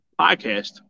podcast